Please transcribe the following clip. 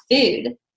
food